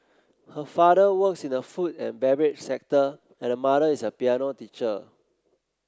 her father works in the food and beverage sector and her mother is a piano teacher